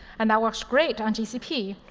and that works great on gcp.